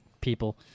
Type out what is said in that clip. people